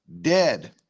dead